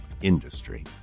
industry